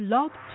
Love